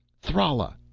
thrala!